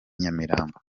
nyamirambo